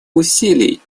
усилий